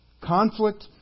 conflict